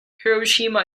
hiroshima